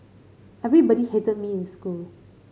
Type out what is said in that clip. everybody hated me in school